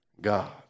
God